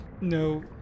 no